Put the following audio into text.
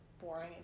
boring